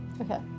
Okay